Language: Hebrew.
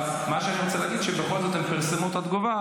אבל אני רוצה להגיד שבכל זאת הם פרסמו תגובה,